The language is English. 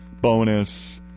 bonus